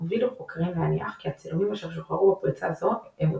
הובילו חוקרים להניח כי הצילומים אשר שוחררו בפריצה זו הם אותנטיים.